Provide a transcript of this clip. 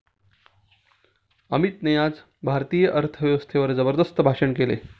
अमितने आज भारतीय अर्थव्यवस्थेवर जबरदस्त भाषण केले